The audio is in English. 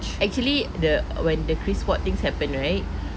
actually the when the chris watts things happened right